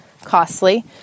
costly